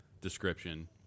description